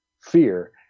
fear